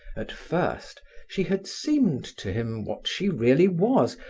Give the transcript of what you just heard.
at first, she had seemed to him what she really was,